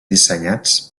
dissenyats